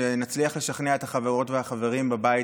שנצליח לשכנע את החברות והחברים בבית